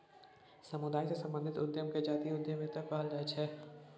समुदाय सँ संबंधित उद्यम केँ जातीय उद्यमिता कहल जाइ छै